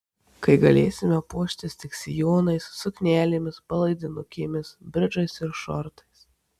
kai galėsime puoštis tik sijonais suknelėmis palaidinukėmis bridžais ir šortais